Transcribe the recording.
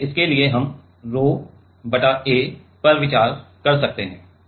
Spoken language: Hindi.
इसलिए इसके लिए हम रोह 𝛒 बटा A पर विचार कर सकते हैं